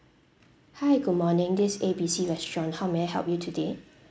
hi good morning this A B C restaurant how may I help you today